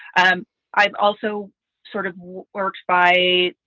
i'm i'm also sort of works by.